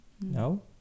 No